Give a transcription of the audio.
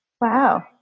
wow